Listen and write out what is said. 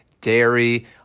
dairy